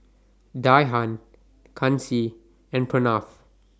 Dhyan Kanshi and Pranav